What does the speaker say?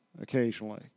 occasionally